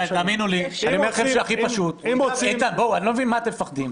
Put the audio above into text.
איתן, אני לא מבין ממה אתם מפחדים,